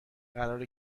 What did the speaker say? قراره